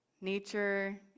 Nature